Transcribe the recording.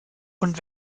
und